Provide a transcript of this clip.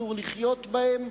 אסור לחיות בהם,